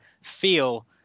feel